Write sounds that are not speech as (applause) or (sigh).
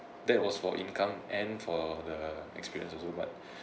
that was for income and for the experience also but (breath)